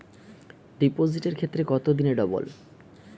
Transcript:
ডিপোজিটের ক্ষেত্রে কত দিনে ডবল?